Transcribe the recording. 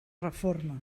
reforma